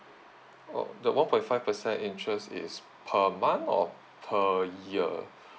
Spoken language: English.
oh the one point five percent interest is per month or per year